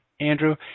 Andrew